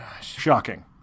shocking